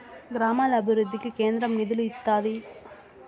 గ్రామాల అభివృద్ధికి కేంద్రం నిధులు ఇత్తాది